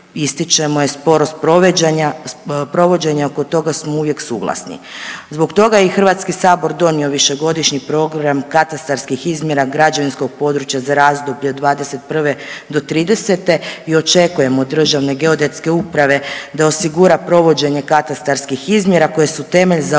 ističemo je sporost provođenja oko toga smo uvijek suglasni, zbog toga je HS donio Višegodišnji program katastarskih izmjera građevinskog područja za razdoblje od 2021.-2030. i očekujemo od Državne geodetske uprave da osigura provođenje katastarskih izmjera koje su temelj za